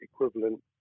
equivalent